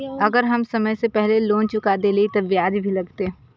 अगर हम समय से पहले लोन चुका देलीय ते ब्याज भी लगते?